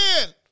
again